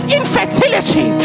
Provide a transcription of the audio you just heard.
infertility